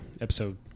episode